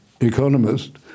Economist